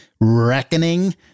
reckoning